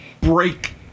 break